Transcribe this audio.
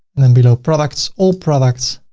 and then below products, all products.